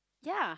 ya